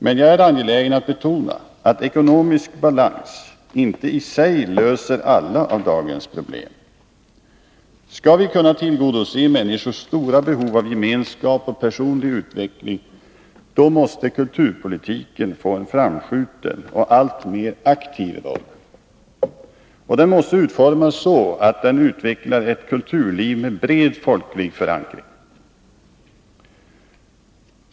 Men jag är angelägen att betona att ekonomisk balans inte i sig löser alla av dagens problem. Skall vi kunna tillgodose människors stora behov av gemenskap och Nr 162 personlig utveckling måste kulturpolitiken få en framskjuten och alltmer Onsdagen den aktiv roll. Och den måste utformas så, att den utvecklar ett kulturliv med 2 juni 1982 bred folklig förankring.